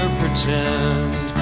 pretend